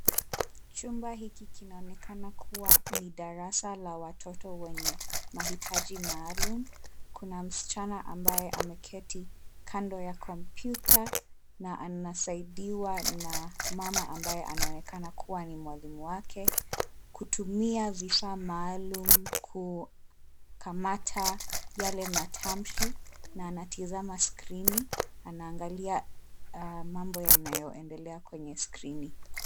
Chumba hiki kinaonekana kuwa ni darasa la watoto wenye mahitaji maalum. Kuna msichana ambaye ameketi kando ya kompyuta na anasaidiwa na mama ambaye, anaonekana kuwa ni mwalimu wake kutumia vifaa maalum, kukamata yale matamshi na anatazama skrini, anaangalia mambo yanayoendelea kwenye skrini.